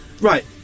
Right